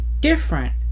different